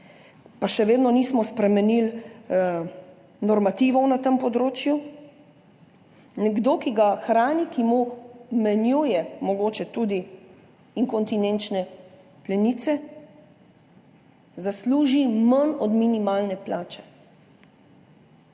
pa še vedno nismo spremenili normativov na tem področju – nekdo, ki ga hrani, ki mu menjuje mogoče tudi inkontinenčne plenice, zasluži manj od minimalne plače.